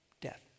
death